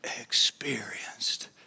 experienced